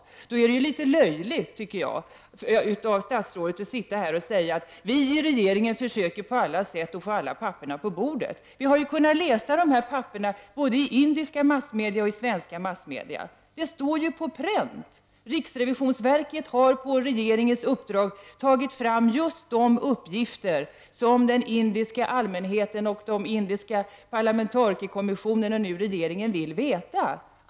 Mot den bakgrunden tycker jag att det är litet löjligt att, som statsrådet gör, säga: Vii regeringen försöker på alla sätt att få alla papper på bordet. Vi har ju kunnat ta del av vad som står i dessa papper både i indiska och i svenska massmedia. Dessa uppgifter finns alltså på pränt. Riksrevisionsverket har på regeringens uppdrag tagit fram just de uppgifter som den indiska allmänheten och den indiska parlamentarikerkommissionen, och nu också regeringen, vill ta del av.